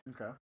Okay